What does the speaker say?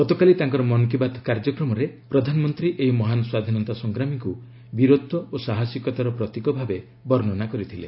ଗତକାଲି ତାଙ୍କର ମନ୍ କି ବାତ୍ କାର୍ଯ୍ୟକ୍ରମରେ ପ୍ରଧାନମନ୍ତ୍ରୀ ଏହି ମହାନ୍ ସ୍ୱାଧୀନତା ସଂଗ୍ରାମୀଙ୍କୁ ବୀରତ୍ୱ ଓ ସାହସିକତାର ପ୍ରତୀକ ଭାବେ ବର୍ଣ୍ଣନା କରିଥିଲେ